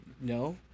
No